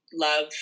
love